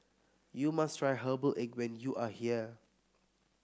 you must try Herbal Egg when you are here